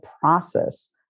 process